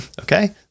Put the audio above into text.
Okay